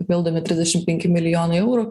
papildomi trisdešim penki milijonai eurų